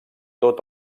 tot